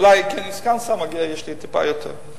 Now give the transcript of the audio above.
אולי כסגן שר יש לי טיפה יותר.